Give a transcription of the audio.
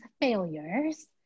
failures